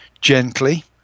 gently